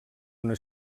una